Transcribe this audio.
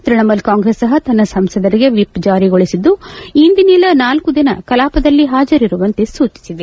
ತ್ವಣ ಮೂಲ ಕಾಂಗ್ರೆಸ್ ಸಹ ತನ್ನ ಸಂಸದರಿಗೆ ವಿಪ್ ಜಾರಿಗೊಳಿಸಿದ್ದು ಇಂದಿನಿಂದ ನಾಲ್ತು ದಿನ ಕಲಾವದಲ್ಲಿ ಹಾಜರಿರುವಂತೆ ಸೂಚಿಸಿದೆ